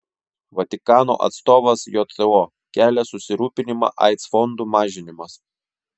vatikano atstovas jto kelia susirūpinimą aids fondų mažinimas